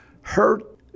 hurt